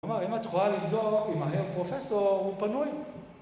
הוא אמר, אם את יכולה לבדוק עם ההר פרופסור, הוא פנוי.